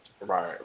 right